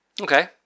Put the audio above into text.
Okay